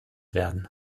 werden